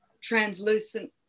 translucent